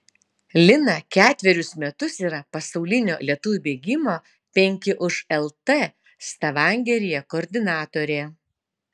lina ketverius metus yra pasaulinio lietuvių bėgimo penki už lt stavangeryje koordinatorė